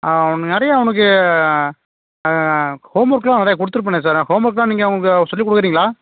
அவன் நிறையா அவனுக்கு ஹோம் ஒர்க்குலாம் நிறைய கொடுத்துருப்பனே சார் நான் ஹோம் ஒர்க்குலாம் நீங்கள் அவனுக்கு சொல்லி கொடுக்கறீங்களா